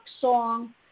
song